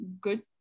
good